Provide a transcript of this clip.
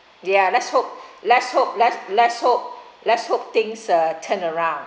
ya let's hope let's hope let's let's hope let's hope things uh turn around